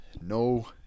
no